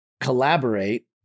collaborate